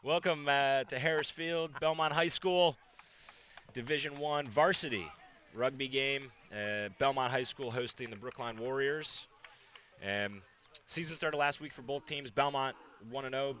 welcome to harris field belmont high school division one varsity rugby game and belmont high school hosting the brookline warriors and season started last week for both teams belmont